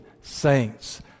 saints